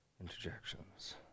interjections